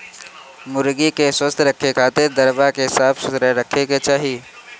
मुर्गी के स्वस्थ रखे खातिर दरबा के साफ सुथरा रखे के चाही